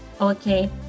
Okay